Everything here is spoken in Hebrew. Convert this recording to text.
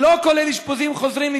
לא כולל אשפוזים חוזרים,